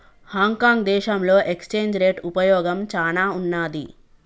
Hong Kong దేశంలో exchange rate ఉపయోగం చానా ఉన్నాది